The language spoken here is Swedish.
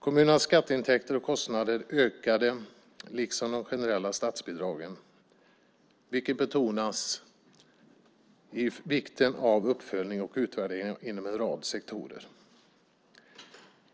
Kommunernas skatteintäkter och kostnader ökade liksom de generella statsbidragen, vilket betonar vikten av uppföljning och utvärdering inom en rad sektorer.